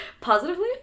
Positively